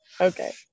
Okay